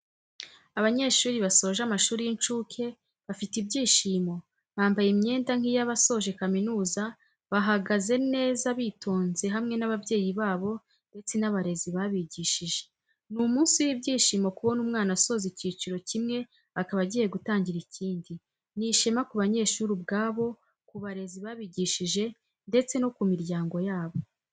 Abanyeshuri basoje amashuri y'incuke bafite ibyishimo, bambaye imyenda nk'iyabasoje kaminuza bahagaze neza bitonze hamwe n'ababyeyi babo ndetse n'abarezi babigishije. Ni umunsi w'ibyishimo kubona umwana asoza icyiciro kimwe akaba agiye gutangira ikindi, ni ishema ku banyeshuri ubwabo, ku barezi babigishije ndetse no ku miryango yabo.